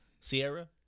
Sierra